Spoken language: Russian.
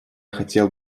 хотел